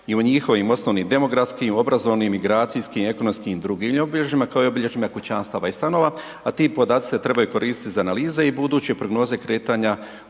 i o njihovim osnovnim demografskim, obrazovnim, migracijskim, ekonomskim i drugim obilježjima kao i obilježjima kućanstava i stanova a ti podaci se trebaju koristiti za analize i buduće prognoze kretanja